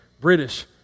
British